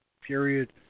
period